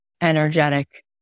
energetic